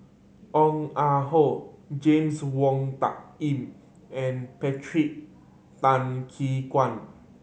Ong Ah Hoi James Wong Tuck Yim and Patrick Tay Guan